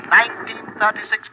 1936